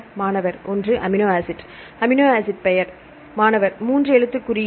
மாணவர் ஒன்று amino acid amino acid பெயர் மாணவர் மூன்று எழுத்துக் குறியீடு